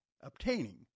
obtaining